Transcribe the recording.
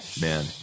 man